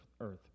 earth